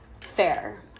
fair